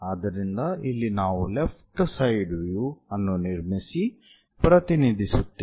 ಆದ್ದರಿಂದ ಇಲ್ಲಿ ನಾವು ಲೆಫ್ಟ್ ಸೈಡ್ ವ್ಯೂ ಅನ್ನು ನಿರ್ಮಿಸಿ ಪ್ರತಿನಿಧಿಸುತ್ತೇವೆ